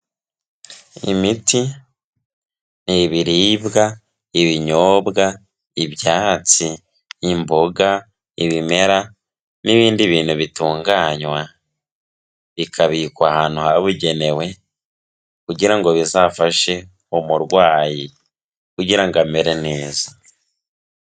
Imiti, ibiribwa, ibinyobwa, ibyatsi, imboga, ibimera n'ibindi bintu bitunganywa bikabikwa ahantu habugenewe kugira ngo bizafashe umurwayi kugira ngo amere neza.